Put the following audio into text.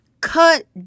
Cut